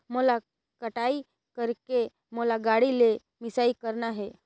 मोला कटाई करेके मोला गाड़ी ले मिसाई करना हे?